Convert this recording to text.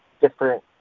different